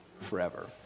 forever